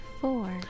Four